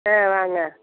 ஆ வாங்க